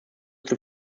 zur